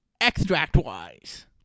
extract-wise